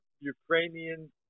Ukrainian